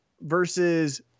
versus